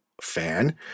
fan